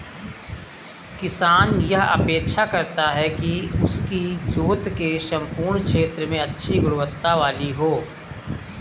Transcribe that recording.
किसान यह अपेक्षा करता है कि उसकी जोत के सम्पूर्ण क्षेत्र में अच्छी गुणवत्ता वाली हो